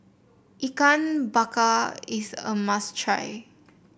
Ikan Bakar is a must try